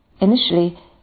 Initially